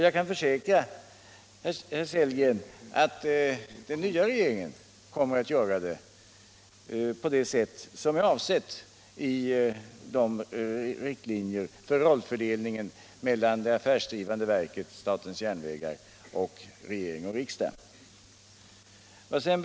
Jag kan försäkra herr Sellgren om att den nya regeringen kommer att göra det, så som är avsett i riktlinjerna för rollfördelningen mellan det affärsdrivande verket SJ å ena sidan och regeringen och riksdagen å andra sidan.